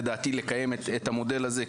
לדעתי לקיים את המודל הזה,